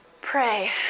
pray